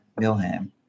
Milham